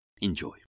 Enjoy